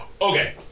Okay